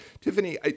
Tiffany